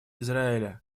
израиля